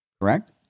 Correct